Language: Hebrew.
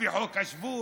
לפי חוק השבות,